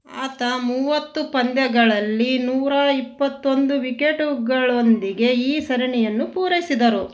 ಆತ ಮೂವತ್ತು ಪಂದ್ಯಗಳಲ್ಲಿ ನೂರ ಇಪ್ಪತ್ತೊಂದು ವಿಕೆಟುಗಳೊಂದಿಗೆ ಈ ಸರಣಿಯನ್ನು ಪೂರೈಸಿದರು